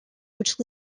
which